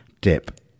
dip